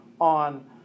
on